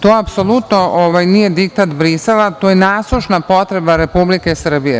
To apsolutno nije diktat Brisela, to je nasušna potreba Republike Srbije.